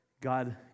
God